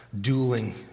dueling